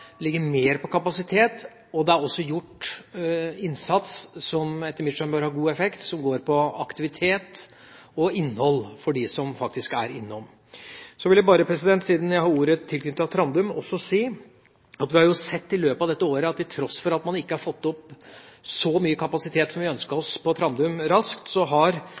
og det er gjort en innsats som etter mitt skjønn bør ha god effekt, som går på aktivitet og innhold for dem som faktisk er innom. Så vil jeg bare si, siden jeg har ordet tilknyttet Trandum, at vi i løpet av dette året har sett at til tross for at man ikke har fått så mye kapasitet på Trandum så raskt som vi ønsket oss, har antallet tvangsmessige returer vært meget bra, i den forstand at Politiets utlendingsenhet har